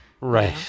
right